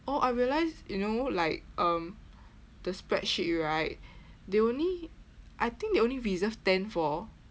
oh I realised you know like um the spreadsheet right they only I think they only reserve ten for